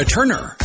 Turner